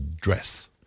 dress